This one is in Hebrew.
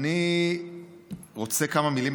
אני רוצה להגיד כמה מילים,